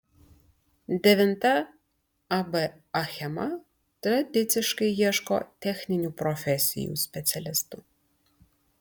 devinta ab achema tradiciškai ieško techninių profesijų specialistų